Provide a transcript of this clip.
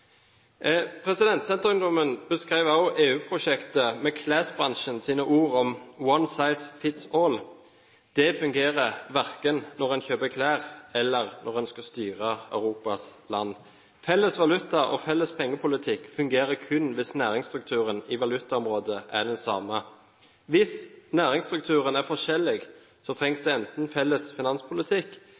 Senterungdommen beskrev også EU-prosjektet med klesbransjens ord «one size fits all». Det fungerer verken når en kjøper klær, eller når en skal styre Europas land. Felles valuta og felles pengepolitikk fungerer kun hvis næringsstrukturen i valutaområdet er den samme. Hvis næringsstrukturen er forskjellig, trengs det enten felles finanspolitikk